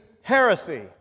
heresy